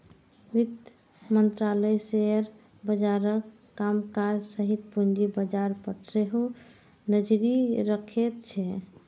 वित्त मंत्रालय शेयर बाजारक कामकाज सहित पूंजी बाजार पर सेहो नजरि रखैत छै